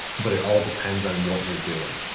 but it all depends on what you're doing.